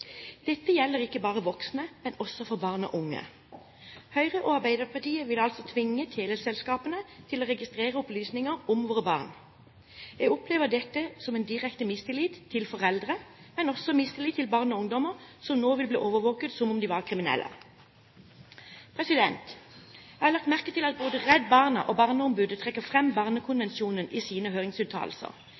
Dette gjelder ikke bare voksne, men også barn og unge. Høyre og Arbeiderpartiet vil altså tvinge teleselskapene til å registrere opplysninger om våre barn. Jeg opplever dette som en direkte mistillit til foreldre, men også mistillit til barn og ungdommer som nå vil bli overvåket som om de var kriminelle. Jeg har lagt merke til at både Redd Barna og barneombudet trekker fram Barnekonvensjonen i sine høringsuttalelser.